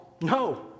No